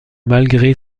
malgré